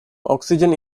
oxygen